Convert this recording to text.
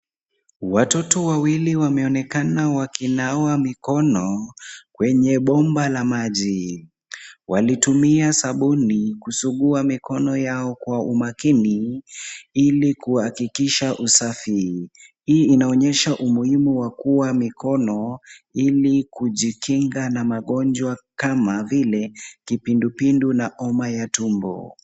Watoto wawili wameonekana wakinawa mikono kwenye bomba la maji. Walitumia sabuni kusugua mikono yao kwa umakini, ili kuhakikisha usafi. Hii inaonyesha umuhimu wa kuwa mikono, ili kujikinga na magonjwa kama vile kipindupindu na homa ya tumbo.